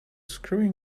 screwing